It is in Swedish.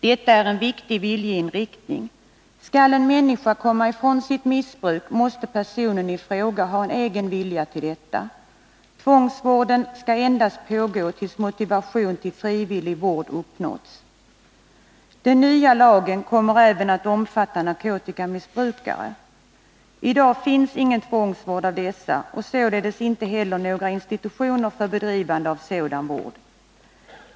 Detta är en viktig viljeinriktning. Skall en människa komma ifrån sitt missbruk, måste personen i fråga ha en egen vilja till detta. Tvångsvården skall endast pågå tills motivation till frivillig vård uppnåtts. Den nya lagen kommer även att omfatta narkotikamissbrukare. I dag finns ingen tvångsvård av dessa och således inte heller några institutioner för bedrivande av sådan vård.